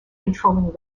controlling